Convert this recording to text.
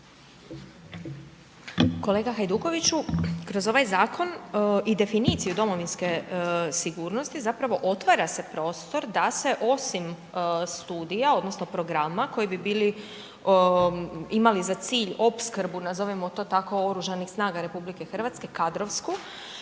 Kolega Hajdukoviću, kroz ovaj zakon i definiciju domovinske sigurnosti zapravo otvara se prostor da se osim studija odnosno programa koji bi bili, imali za cilj opskrbu, nazovimo to tako, oružanih snaga RH, kadrovsku